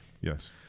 Yes